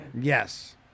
Yes